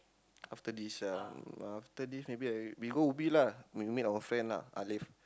after this ah uh after this maybe I we go Ubi lah we meet our friend lah Halif